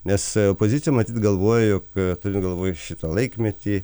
nes opozicija matyt galvoja jog turint galvoj šitą laikmetį